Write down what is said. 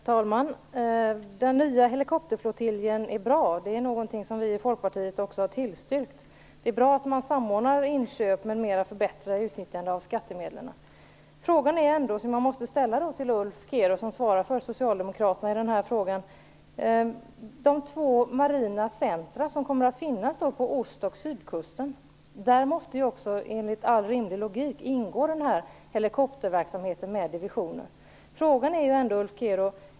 Herr talman! Den nya helikopterflottiljen är bra. Det har vi i Folkpartiet också tillstyrkt. Det är bra att man samordnar inköp m.m. och förbättrar utnyttjandet av skattemedlen. Jag måste ändå ställa en fråga till Ulf Kero som svarar för socialdemokraterna på det här området. Det kommer ju att finnas två marina centrum på ost och sydkusten. Där måste enligt all rimlig logik helikopterverksamheten med divisioner ingå.